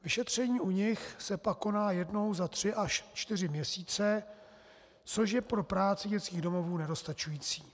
Vyšetření u nich se pak koná jednou za tři až čtyři měsíce, což je pro práci dětských domovů nedostačující.